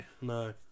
No